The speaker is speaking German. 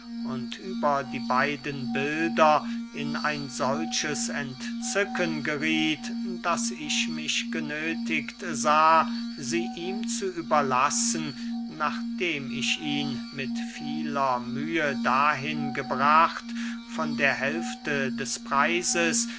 über die beiden bilder in ein solches entzücken gerieth daß ich mich genöthigt sah sie ihm zu überlassen nachdem ich ihn mit vieler mühe dahin gebracht von der hälfte des preises